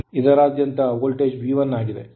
ಇದರಾದ್ಯಂತ voltage V1 ಆಗಿದೆ ಮತ್ತು ಈ ವೋಲ್ಟೇಜ್ V2 ಆಗಿದೆ